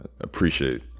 appreciate